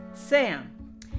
sam